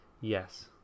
Yes